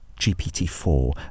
GPT-4